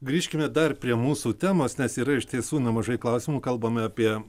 grįžkime dar prie mūsų temos nes yra iš tiesų nemažai klausimų kalbame apie